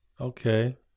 okay